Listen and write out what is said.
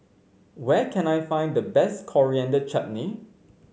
where can I find the best Coriander Chutney